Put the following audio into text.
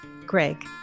Greg